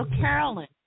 Carolyn